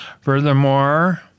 Furthermore